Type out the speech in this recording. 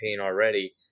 already